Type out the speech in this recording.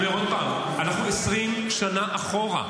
אני אומר עוד פעם, אנחנו 20 שנה אחורה.